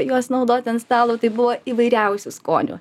juos naudoti ant stalo tai buvo įvairiausių skonių